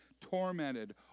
tormented